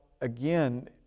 again